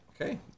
Okay